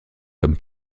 comme